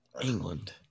England